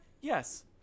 Yes